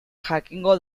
jakingo